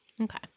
Okay